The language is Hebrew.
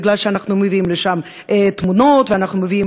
כי אנחנו מביאים לשם תמונות ואנחנו מביאים